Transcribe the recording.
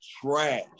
trash